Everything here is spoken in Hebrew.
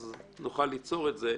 אז נוכל ליצור את זה.